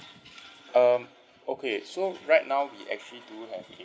um okay so right now we actually do have a